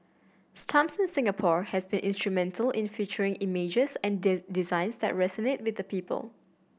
stamps in Singapore have been instrumental in featuring images and designs that resonate with the people